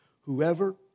Whoever